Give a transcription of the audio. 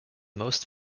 most